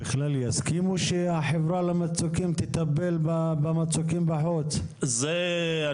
הועמד תקציב של ששים מליון ₪ בשנת 2018. אני